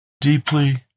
deeply